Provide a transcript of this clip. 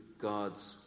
God's